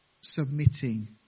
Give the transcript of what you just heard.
submitting